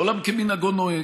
עולם כמנהגו נוהג.